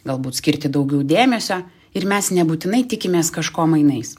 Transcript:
galbūt skirti daugiau dėmesio ir mes nebūtinai tikimės kažko mainais